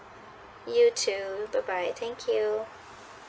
you too bye bye thank you